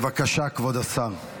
בבקשה, כבוד השר.